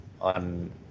on